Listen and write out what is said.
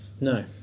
no